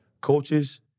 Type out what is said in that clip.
coaches